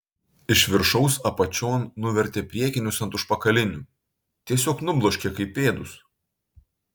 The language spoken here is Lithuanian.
iš viršaus apačion nuvertė priekinius ant užpakalinių tiesiog nubloškė kaip pėdus